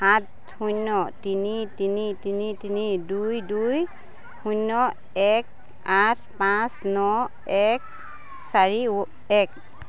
সাত শূন্য তিনি তিনি তিনি তিনি দুই দুই শূন্য এক আঠ পাঁচ ন এক চাৰি এক